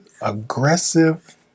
aggressive